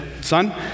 Son